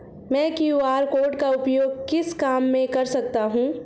मैं QR code का उपयोग किस काम में कर सकता हूं?